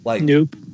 Nope